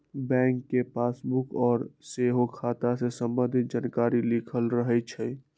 bank के passbook पर सेहो खता से संबंधित जानकारी लिखल रहै छइ